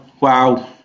wow